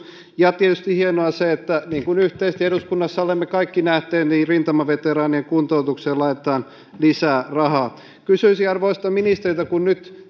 ja tietysti hienoa on se niin kuin yhteisesti eduskunnassa olemme kaikki nähneet että rintamaveteraanien kuntoutukseen laitetaan lisää rahaa kysyisin arvoisalta ministeriltä kun nyt